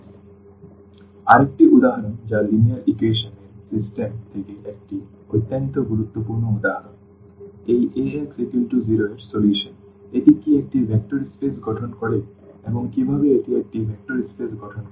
সুতরাং আরেকটি উদাহরণ যা লিনিয়ার ইকুয়েশন এর সিস্টেম থেকে একটি অত্যন্ত গুরুত্বপূর্ণ উদাহরণ সুতরাং এই Ax0 এর সমাধান এটি কি একটি ভেক্টর স্পেস গঠন করে এবং কীভাবে এটি একটি ভেক্টর স্পেস গঠন করে